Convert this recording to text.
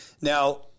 Now